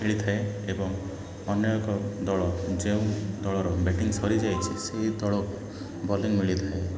ମିଳିଥାଏ ଏବଂ ଅନେକ ଦଳ ଯେଉଁ ଦଳର ବ୍ୟାଟିଙ୍ଗ ସରିଯାଇଛି ସେଇ ଦଳକୁ ବୋଲିଙ୍ଗ ମିଳିଥାଏ